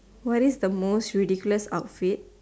what is the most ridiculous outfit